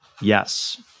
yes